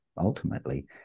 ultimately